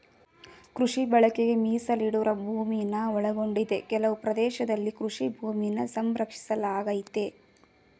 ಕೃಷಿ ಬಳಕೆಗೆ ಮೀಸಲಿಡದ ಭೂಮಿನ ಒಳಗೊಂಡಿದೆ ಕೆಲವು ಪ್ರದೇಶದಲ್ಲಿ ಕೃಷಿ ಭೂಮಿನ ಸಂರಕ್ಷಿಸಲಾಗಯ್ತೆ